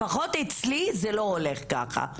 לפחות אצלי זה לא עובד ככה.